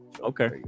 Okay